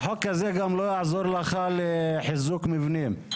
החוק הזה גם לא יעזור לך לחיזוק מבנים.